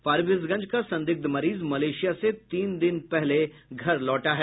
फारबिसगंज का संदिग्ध मरीज मलेशिया से तीन दिन पहले घर लौटा है